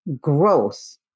Growth